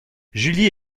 julie